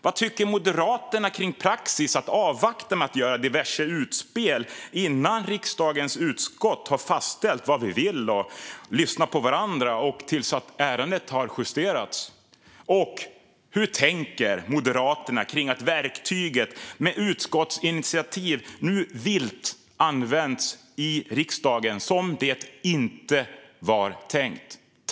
Vad tycker Moderaterna kring praxis att avvakta med att göra diverse utspel innan riksdagens utskott har lyssnat på varandra, fastställt vad vi vill och justerat ärendet? Hur tänker Moderaterna kring att verktyget utskottsinitiativ nu vilt används i riksdagen på ett sätt som det inte var tänkt?